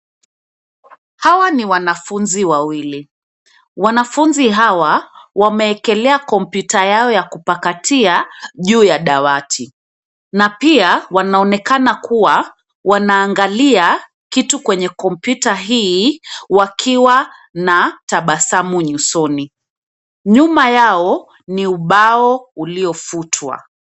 Hawa ni wanafunzi wawili. Wanafunzi hawa wameekelea kompyuta yao ya kupakatia juu ya dawati na pia wanaonekana kuwa wanaangalia kitu kwenye kompyuta hii wakiwa na tabasamu nyusoni. Nyuma yao, ni ubao uliofutwa.